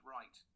right